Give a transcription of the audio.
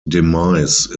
demise